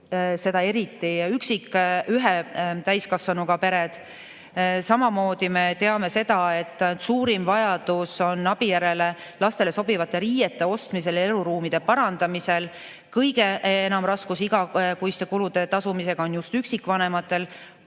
seda eriti ühe täiskasvanuga perede puhul. Samamoodi me teame, et suurim vajadus on abi järele lastele sobivate riiete ostmisel ja eluruumide parandamisel. Kõige enam raskusi igakuiste kulude tasumisega on just üksikvanematel,